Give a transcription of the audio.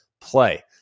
play